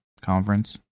conference